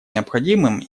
необходимым